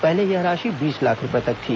पहले यह राशि बीस लाख रुपये तक थी